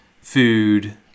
food